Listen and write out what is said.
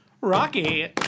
Rocky